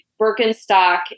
Birkenstock